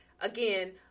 again